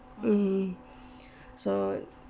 mm so